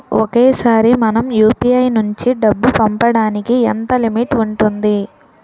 ఒకేసారి మనం యు.పి.ఐ నుంచి డబ్బు పంపడానికి ఎంత లిమిట్ ఉంటుంది?